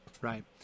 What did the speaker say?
right